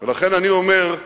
לכן, אני אומר, אתה